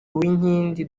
uwinkindi